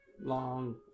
long